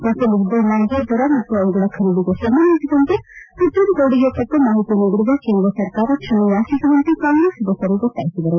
Rafale ಯುದ್ದ ವಿಮಾನದ ದರ ಮತ್ತು ಅವುಗಳ ಖರೀದಿಗೆ ಸಂಬಂಧಿಸಿದಂತೆ ಸುಪ್ರೀಂ ಕೋರ್ಟ್ಗೆ ತಪ್ಪು ಮಾಹಿತಿ ನೀಡಿರುವ ಕೇಂದ್ರ ಸರ್ಕಾರ ಕ್ಷಮೆಯಾಚಿಸುವಂತೆ ಕಾಂಗ್ರೆಸ್ ಸದಸ್ಗರು ಒತ್ತಾಯಿಸಿದರು